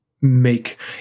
make